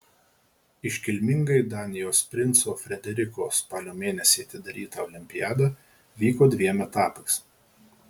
iškilmingai danijos princo frederiko spalio mėnesį atidaryta olimpiada vyko dviem etapais